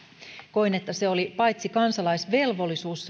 koin että se oli paitsi kansalaisvelvollisuus